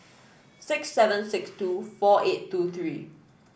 six seven six two four eight two three